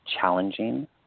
challenging